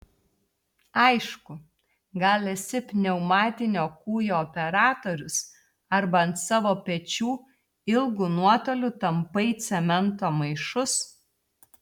aišku gal esi pneumatinio kūjo operatorius arba ant savo pečių ilgu nuotoliu tampai cemento maišus